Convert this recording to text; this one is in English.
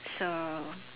so